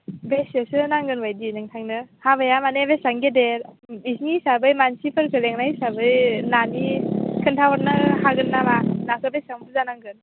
बेसेसो नांगोन बायदि नोंथांनो हाबाया माने बेसेबां गिदिर बेनि हिसाबै मानसिफोरखो लिंनाय हिसाबै नानि खिन्थाहरनो हागोन नामा नाखौ बेसेबां बुरजा नांगोन